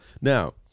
Now